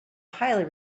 highly